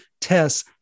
tests